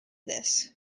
this